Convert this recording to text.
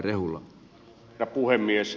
arvoisa herra puhemies